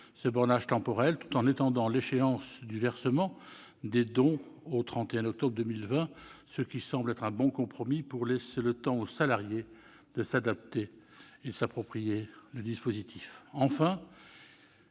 ce bornage temporel tout en étendant l'échéance de versement des dons au 31 octobre 2020, ce qui me semble être un bon compromis pour laisser le temps aux salariés de s'approprier le dispositif. Enfin,